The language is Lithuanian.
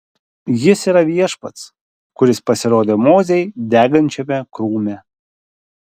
jis yra viešpats kuris pasirodė mozei degančiame krūme